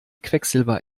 quecksilber